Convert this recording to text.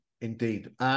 Indeed